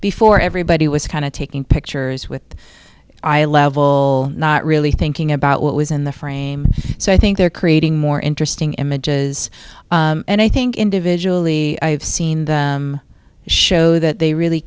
before everybody was kind of taking pictures with the eyelevel not really thinking about what was in the frame so i think they're creating more interesting images and i think individually i have seen them show that they really